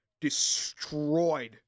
destroyed